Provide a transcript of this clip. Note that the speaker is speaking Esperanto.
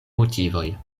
motivoj